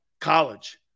college